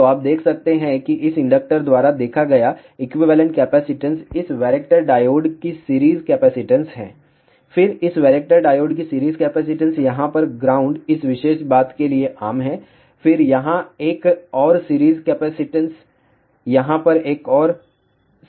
तो आप देख सकते हैं कि इस इंडक्टर द्वारा देखा गया इक्विवेलेंट कैपेसिटेंस इस वैरेक्टर डायोड की सीरीज कैपेसिटेंस है फिर इस वैरेक्टर डायोड की सीरीज कैपेसिटेंस यहाँ पर ग्राउंड इस विशेष बात के लिए आम है फिर यहाँ एक और सीरीज कैपेसिटेंस यहाँ पर एक और सीरीज कैपेसिटेंस है